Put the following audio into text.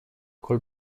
col